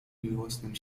miłosnym